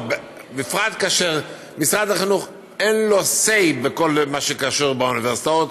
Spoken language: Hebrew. בפרט כאשר למשרד החינוך אין say בכל הקשור באוניברסיטאות.